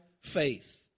faith